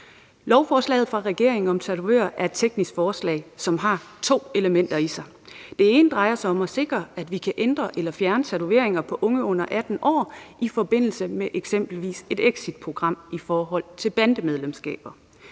Lovforslaget fra regeringen om tatovører er et teknisk forslag, som har to elementer i sig. Det ene drejer sig om at sikre, at vi kan ændre eller fjerne tatoveringer på unge under 18 år i forbindelse med eksempelvis et exitprogram i forhold til bandemedlemskaber.